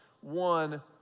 one